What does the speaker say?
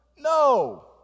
No